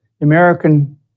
American